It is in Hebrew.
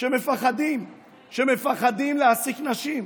מפחדים להעסיק נשים.